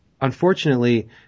unfortunately